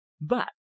But